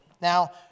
Now